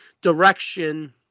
direction